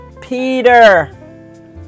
Peter